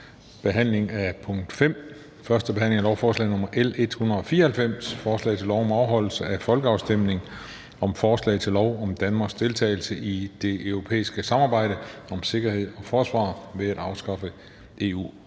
5) Eventuelt: 1. behandling af lovforslag nr. L 194: Forslag til lov om afholdelse af folkeafstemning om forslag til lov om Danmarks deltagelse i det europæiske samarbejde om sikkerhed og forsvar ved at afskaffe